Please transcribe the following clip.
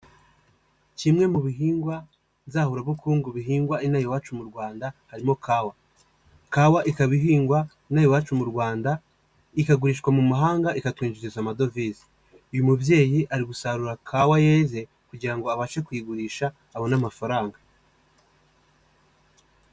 Kimwe mu bihingwa nzahurabukungu bihingwa inaha iwacu mu Rwanda harimo kawa, kawa ikaba ihingwa inaha iwacu mu Rwanda ikagurishwa mu mahanga ikatwinjiriza amadovize, uyu mubyeyi ari gusarura kawa yeze kugira ngo abashe kuyigurisha abone amafaranga.